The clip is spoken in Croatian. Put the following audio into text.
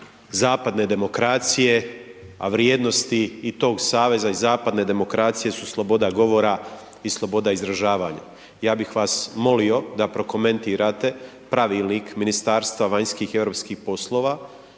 zapadne demokracije, a vrijednost i tog saveza i zapadne demokracije su sloboda govora i sloboda izražavanja. Ja bih vas molio da prokomentirate pravilnik Ministarstva vanjskih i europskih poslova